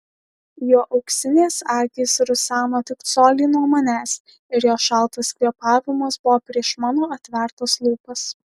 jo auksinės akys ruseno tik colį nuo manęs ir jo šaltas kvėpavimas buvo prieš mano atvertas lūpas